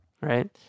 right